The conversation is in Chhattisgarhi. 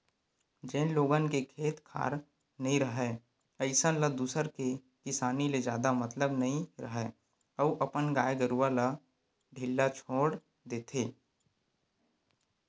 जेन लोगन के खेत खार नइ राहय अइसन ल दूसर के किसानी ले जादा मतलब नइ राहय अउ अपन गाय गरूवा ल ढ़िल्ला छोर देथे